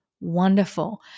wonderful